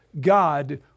God